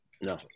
No